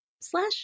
slash